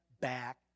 back